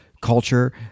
culture